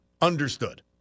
Understood